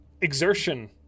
exertion